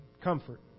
comfort